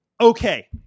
okay